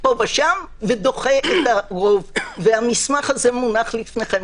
פה ושם, ודוחה את הרוב, והמסמך הזה מונח לפניכם.